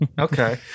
Okay